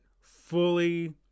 fully